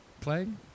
playing